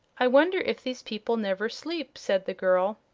i wonder if these people never sleep, said the girl.